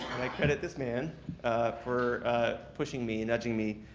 i credit this man for pushing me and nudging me,